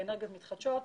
לאנרגיות מתחדשות,